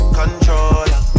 controller